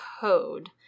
code